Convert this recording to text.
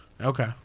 Okay